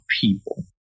people